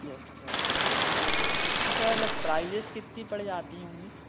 yes sir तो इसकी sir prices कितनी पड़ जाती होंगी